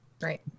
Right